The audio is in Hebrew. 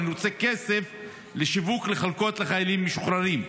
אני רוצה כסף לשיווק לחלקות לחיילים משוחררים.